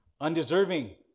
undeserving